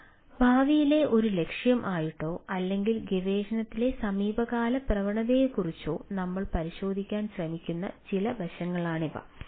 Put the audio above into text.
അതിനാൽ ഭാവിയിലെ ഒരു ലക്ഷ്യം ആയിട്ടോ അല്ലെങ്കിൽ ഗവേഷണത്തിലെ സമീപകാല പ്രവണതയെക്കുറിച്ചോ ഞങ്ങൾ പരിശോധിക്കാൻ ശ്രമിക്കുന്ന ചില വശങ്ങളാണിവ